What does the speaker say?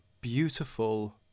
beautiful